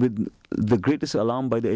with the greatest alarm by the